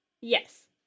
Yes